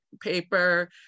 paper